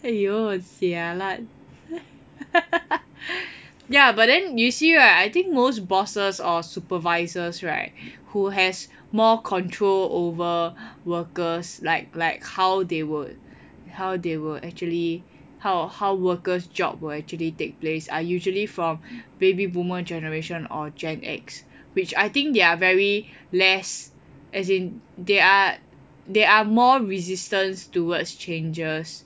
!aiyo! jialat ya but then you see right I think most bosses or supervisors right who has more control over workers like like how they would how they will actually how how worker's job will actually take place are usually from baby boomer generation or gen X which I think they are very less as in they are they are more resistant towards changes